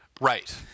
Right